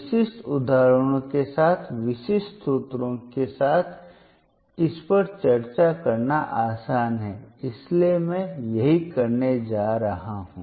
विशिष्ट उदाहरणों के साथ विशिष्ट स्रोतों के साथ इस पर चर्चा करना आसान है इसलिए मैं यही करने जा रहा हूं